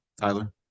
Tyler